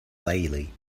bailey